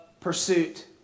pursuit